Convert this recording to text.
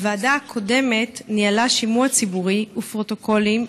הוועדה הקודמת ניהלה שימוע ציבורי ופרוטוקולים,